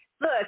look